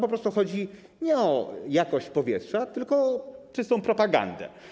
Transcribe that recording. Po prostu chodzi nie o jakość powietrza, tylko o czystą propagandę.